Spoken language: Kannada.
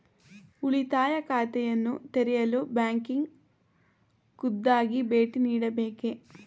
ಉಳಿತಾಯ ಖಾತೆಯನ್ನು ತೆರೆಯಲು ಬ್ಯಾಂಕಿಗೆ ಖುದ್ದಾಗಿ ಭೇಟಿ ನೀಡಬೇಕೇ?